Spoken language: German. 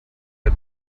der